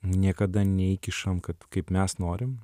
niekada nesikišam kad kaip mes norim